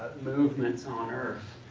movements on earth.